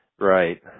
Right